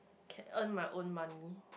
can earn my own money